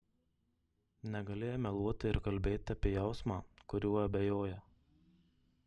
negali jai meluoti ir kalbėti apie jausmą kuriuo abejoja